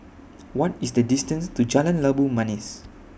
What IS The distance to Jalan Labu Manis